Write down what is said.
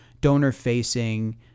donor-facing